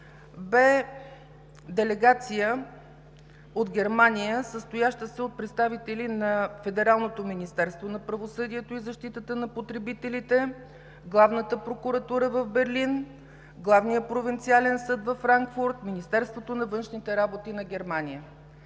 бе делегация от Германия, състояща се от представители на Федералното министерство на правосъдието и защитата на потребителите, Главната прокуратура в Берлин, Главния провинциален съд във Франкфурт, Министерството на външните работи на Германия.